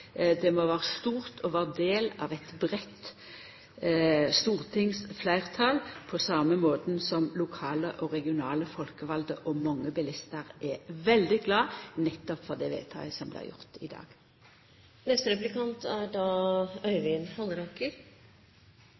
det må vera stort å vera del av eit breitt stortingsfleirtal – på same måten som lokale og regionale folkevalde og mange bilistar er veldig glade for nettopp det vedtaket som vart gjort i